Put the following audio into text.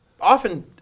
often